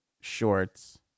shorts